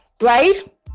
Right